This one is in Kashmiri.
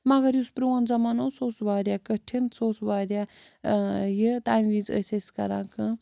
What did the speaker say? مگر یُس پرٛون زمانہٕ اوس سُہ اوس واریاہ کٔٹھِن سُہ اوس واریاہ یہِ تَمہِ وِزِ ٲسۍ أسۍ کَران کٲم